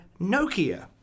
Nokia